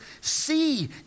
see